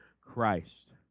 Christ